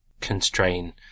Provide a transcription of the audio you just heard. constrain